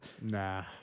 Nah